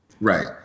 Right